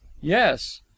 Yes